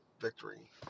victory